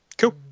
cool